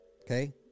Okay